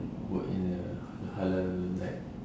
work in a halal like